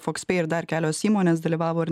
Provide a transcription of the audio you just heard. fox pei ir dar kelios įmonės dalyvavo ir